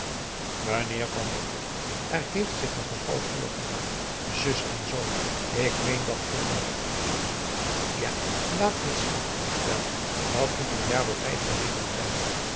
meneer van den broek er heeft zich een geval voorgedaan zus en zoo ik meen dat vroeger ja laat eens zien wel dat moet n jaar of vijf geleden zijn